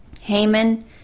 Haman